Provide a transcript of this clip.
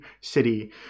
city